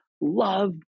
love